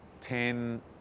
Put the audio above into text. ten